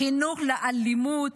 החינוך לאלימות,